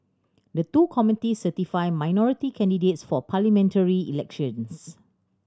the two committees certify minority candidates for parliamentary elections